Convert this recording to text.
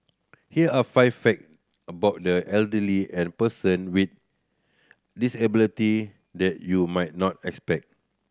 here are five fact about the elderly and person with disability that you might not expect